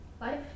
Life